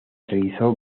realizó